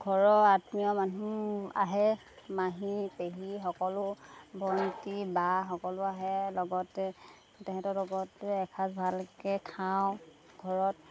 ঘৰৰ আত্মীয় মানুহ আহে মাহী পেহী সকলো ভন্তি বা সকলো আহে লগতে তাহাঁতৰ লগতো এসাঁজ ভালকৈ খাওঁ ঘৰত